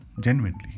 genuinely